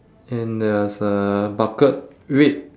and there's a bucket red